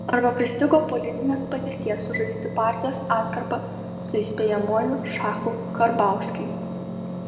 arba pristigo politinės patirties sužaisti partijos atkarpą su įspėjamuoju šachu karbauskiui